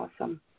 awesome